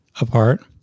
apart